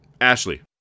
Ashley